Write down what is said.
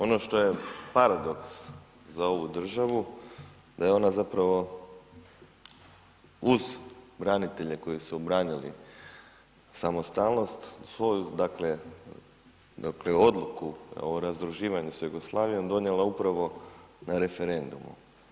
Ono što je paradoks za ovu državu da je ona zapravo uz branitelje koji su branili samostalnost, svoju dakle odluku o razdruživanju sa Jugoslavijom, donijela upravo na referendumu.